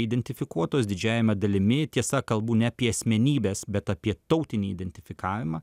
identifikuotos didžiajame dalimi tiesa kalbu ne apie asmenybes bet apie tautinį identifikavimą